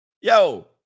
Yo